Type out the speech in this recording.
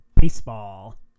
Baseball